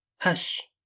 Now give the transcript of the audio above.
Hush